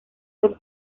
del